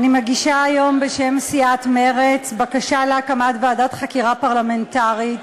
אני מגישה היום בשם סיעת מרצ בקשה להקמת ועדת חקירה פרלמנטרית